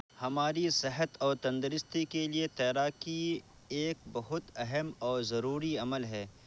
ہماری صحت اور تندرستی کے لیے تیراکی ایک بہت اہم اور ضروری عمل ہے